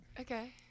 okay